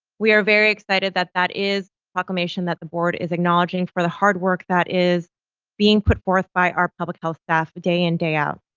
we are very excited that that is a proclamation that the board is acknowledging for the hard work that is being put forth by our public health staff day in day out.